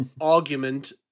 argument